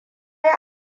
yi